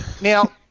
Now